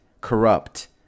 Corrupt